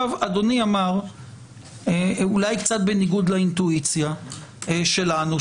אדוני אמר אולי קצת בניגוד לאינטואיציה שלנו,